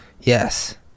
Yes